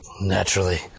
Naturally